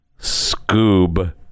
Scoob